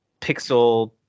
pixel